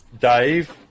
Dave